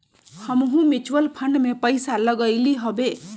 हमहुँ mutual fund में पइसा लगइली हबे